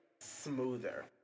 smoother